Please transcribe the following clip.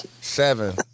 seven